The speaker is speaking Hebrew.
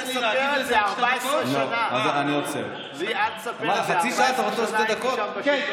לי אל תספר את זה, 14 שנה הייתי שם בשלטון שלו.